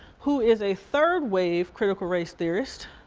who is a third wave critical race theorist.